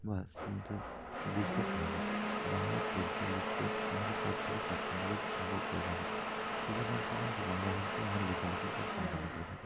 বা শুনতে বুঝতে পারি না বাংলায় পড়তে লিখতে আমরা সব থেকে স্বাচ্ছন্দ্য বোধ অনুভব করে থাকি সেই জন্য আমি সাধারণত বাংলা ভাষাতেই আমার লেখালেখির কাজ সম্পন্ন করে থাকি